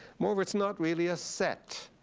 moreover, it's not really a set.